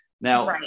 Now